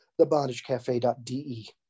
TheBondageCafe.de